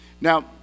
Now